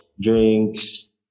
drinks